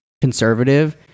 conservative